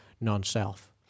non-self